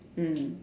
mm